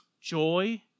joy